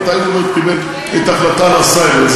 מתי אולמרט קיבל את ההחלטה על הסייבר?